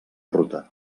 ruta